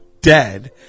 dead